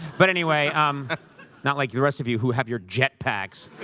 but, anyway, not like the rest of you, who have your jet packs.